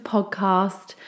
Podcast